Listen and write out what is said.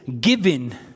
given